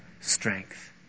strength